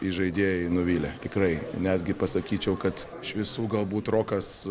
įžaidėjai nuvylė tikrai netgi pasakyčiau kad iš visų galbūt rokas